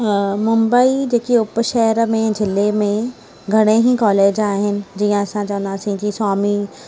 मुंबई जेकी उपशहर में ज़िले में घणे ई कॉलेज आहिनि जीअं असां चवंदासीं जीअं स्वामी